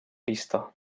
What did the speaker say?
pista